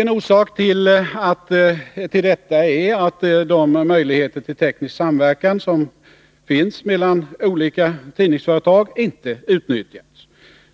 En orsak till detta är att de möjligheter som finns till teknisk samverkan mellan olika tidningsföretag inte utnyttjats.